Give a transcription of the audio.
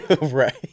Right